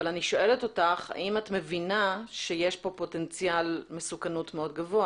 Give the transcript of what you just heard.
אני שואלת אותך האם את מבינה שיש פה פוטנציאל מסוכנות מאוד גבוה